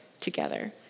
together